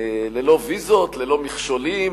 ללא ויזות, ללא מכשולים.